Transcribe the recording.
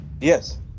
Yes